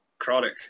chronic